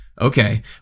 okay